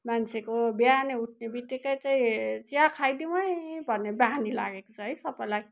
मान्छेको बिहानै उठ्ने बितिक्कै चिया खाइदिउँ है भन्ने बानी लागेको छ है सबैलाई